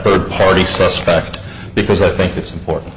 third party suspect because i think it's important